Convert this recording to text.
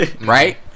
Right